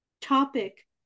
topic